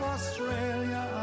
Australia